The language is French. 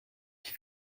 qui